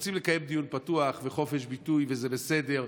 שרוצים לקיים דיון פתוח וחופש ביטוי וזה בסדר,